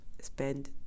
spend